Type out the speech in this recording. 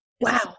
Wow